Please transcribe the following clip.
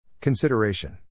Consideration